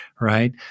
right